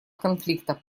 конфликта